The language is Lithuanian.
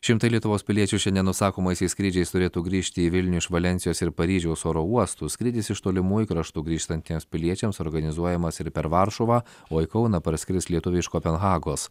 šimtai lietuvos piliečių šiandien užsakomaisiais skrydžiais turėtų grįžti į vilnių iš valensijos ir paryžiaus oro uostų skrydis iš tolimųjų kraštų grįžtantiems piliečiams organizuojamas ir per varšuvą o į kauną parskris lietuviai iš kopenhagos